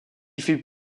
fit